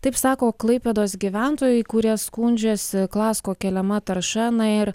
taip sako klaipėdos gyventojai kurie skundžiasi klasko keliama tarša na ir